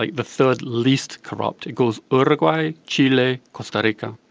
like the third least corrupt. it goes in uruguay, chile, costa rica.